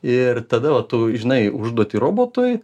ir tada o tu žinai užduotį robotui